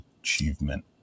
achievement